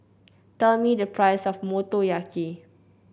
tell me the price of Motoyaki